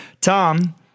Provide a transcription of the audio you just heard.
Tom